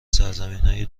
سرزمینای